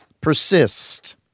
persist